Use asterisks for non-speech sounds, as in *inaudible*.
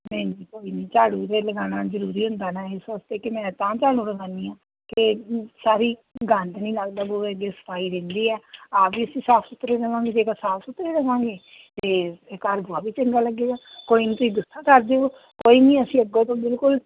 ਨਹੀਂ ਕੋਈ ਨਹੀਂ ਝਾੜੂ ਜੇ ਲਗਾਉਣਾ ਜ਼ਰੂਰੀ ਹੁੰਦਾ ਨਾ ਇਸ ਵਾਸਤੇ ਕਿ ਮੈਂ ਤਾਂ ਝਾੜੂ ਲਗਾਨੀ ਹਾਂ ਕਿ ਸਾਰੀ ਗੰਦ ਨਹੀਂ ਲੱਗਦਾ ਬੂਹੇ ਅੱਗੇ ਸਫਾਈ ਰਹਿੰਦੀ ਹੈ ਆਪ ਵੀ ਅਸੀਂ ਸਾਫ ਸੁਥਰੇ ਰਵਾਂਗੇ ਜੇਕਰ ਸਾਫ ਸੁਥਰੇ ਰਵਾਂਗੇ ਤਾਂ *unintelligible* ਚੰਗਾ ਲੱਗੇਗਾ ਕੋਈ ਨਹੀਂ ਤੁਸੀਂ ਗੁੱਸਾ ਕਰ ਗਏ ਹੋ ਕੋਈ ਨਹੀਂ ਅਸੀਂ ਅੱਗੋਂ ਤੋਂ ਬਿਲਕੁਲ